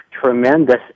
tremendous